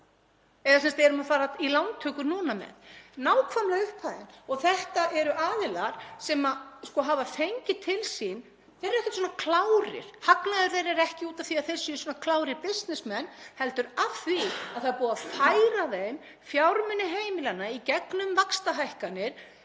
sem við erum að fara í lántökur núna með, nákvæmlega upphæðin. Þetta eru aðilar sem hafa fengið til sín — þeir eru ekkert svona klárir, hagnaður þeirra er ekki út af því að þeir séu svona klárir bisnessmenn heldur af því að það er búið að færa þeim fjármuni heimilanna í gegnum vaxtahækkanir